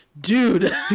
Dude